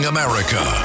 America